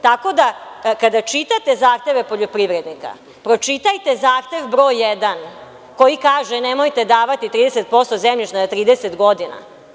Tako da, kada čitate zahteve poljoprivrednika, pročitajte zahtev broj 1, koji kaže – nemojte davati 30% zemljišta na 30 godina.